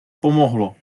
pomohlo